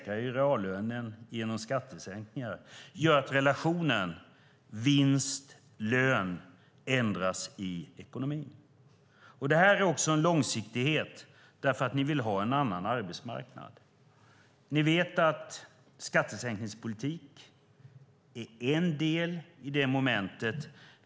Reallönen säkras genom skattesänkningar. Det gör att relationen vinst-lön ändras i ekonomin. Här är det också en långsiktighet eftersom ni vill ha en annan arbetsmarknad. Ni vet att skattesänkningspolitik är en del i det momentet.